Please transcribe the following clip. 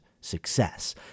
success